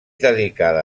dedicada